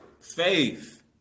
faith